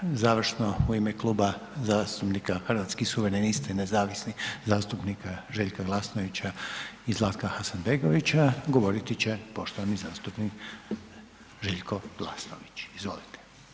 Slijedeći završno u ime Kluba zastupnika Hrvatskih suverenista i nezavisnih zastupnika Željka Glasnovića i Zlatka Hasanbegovića govoriti će poštovani zastupnik Željko Glasnović, izvolite.